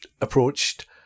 approached